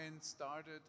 started